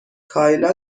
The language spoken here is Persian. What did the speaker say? کایلا